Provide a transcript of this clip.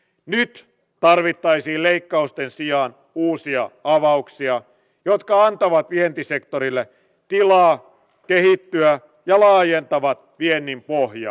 nyt tarvittaisiin leikkausten sijaan uusia avauksia jotka antavat vientisektorille tilaa kehittyä ja laajentavat viennin pohjaa